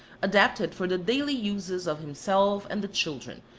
adapted for the daily uses of himself and the children,